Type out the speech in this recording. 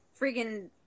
freaking